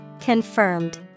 Confirmed